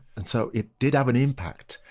and so it did have an impact.